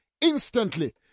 instantly